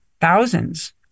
thousands